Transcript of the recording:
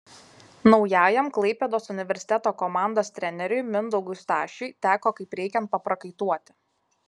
naujajam klaipėdos universiteto komandos treneriui mindaugui stašiui teko kaip reikiant paprakaituoti